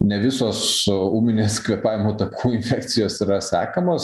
ne visos ūminės kvėpavimo takų infekcijos yra sekomos